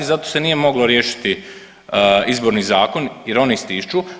Zato se nije moglo riješiti Izborni zakon jer oni stišću.